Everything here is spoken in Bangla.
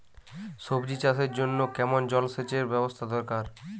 সবজি চাষের জন্য কেমন জলসেচের ব্যাবস্থা দরকার?